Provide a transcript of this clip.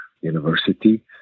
University